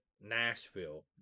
Nashville